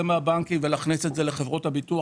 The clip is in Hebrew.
מהבנקים ולהכניס את זה לגופים המוסדיים,